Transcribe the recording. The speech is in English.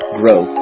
grow